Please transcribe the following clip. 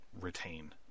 retain